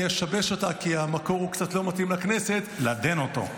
אני אשבש אותה כי המקור הוא קצת לא מתאים לכנסת -- לעדן אותו.